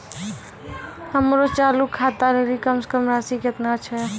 हमरो चालू खाता लेली कम से कम राशि केतना छै?